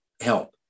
help